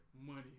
money